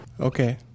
okay